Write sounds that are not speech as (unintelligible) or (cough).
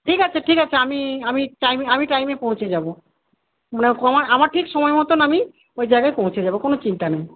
ঠিক আছে ঠিক আছে আমি আমি টাইমে আমি টাইমে পৌঁছে যাব (unintelligible) আমার ঠিক সময় মতন আমি ওই জায়গায় পৌঁছে যাব কোন চিন্তা নেই